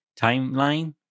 timeline